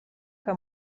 que